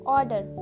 Order